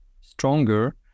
stronger